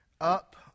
up